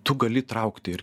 tu gali įtraukti ir